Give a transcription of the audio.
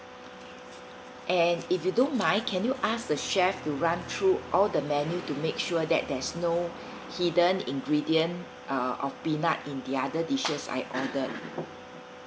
and if you don't mind can you ask the chef to run through all the menu to make sure that there's no hidden ingredient uh of peanut in the other dishes I ordered